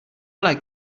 like